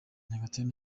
nyagatare